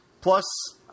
Plus